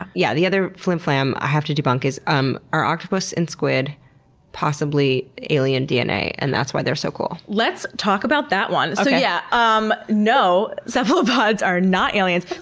ah yeah the other flimflam i have to debunk is um are octopus and squid possibly alien dna, and that's why they're so cool? let's talk about that one. so yeah um no, cephalopods are not aliens.